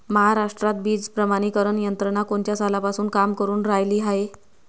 महाराष्ट्रात बीज प्रमानीकरण यंत्रना कोनच्या सालापासून काम करुन रायली हाये?